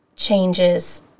changes